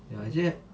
ya actually